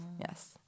Yes